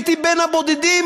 הייתי בין הבודדים,